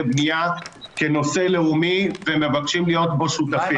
בנייה כנושא לאומי ומבקשים להיות בו שותפים.